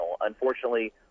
Unfortunately